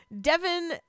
Devin